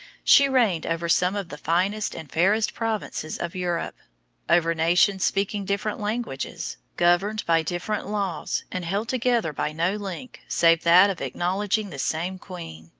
she reigned over some of the finest and fairest provinces of europe over nations speaking different languages, governed by different laws, and held together by no link save that of acknowledging the same queen.